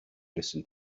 listen